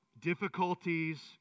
Difficulties